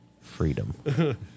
Freedom